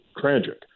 tragic